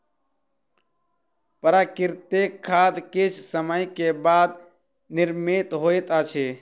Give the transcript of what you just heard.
प्राकृतिक खाद किछ समय के बाद निर्मित होइत अछि